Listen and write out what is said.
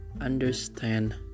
understand